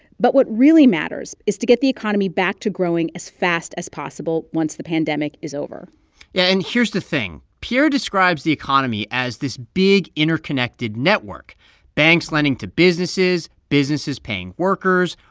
but what really matters is to get the economy back to growing as fast as possible once the pandemic is over yeah, and here's the thing. pierre describes the economy as this big, interconnected network banks lending to businesses, businesses paying workers,